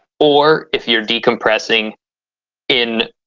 or, if you're decompressing in.